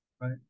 right